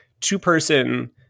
two-person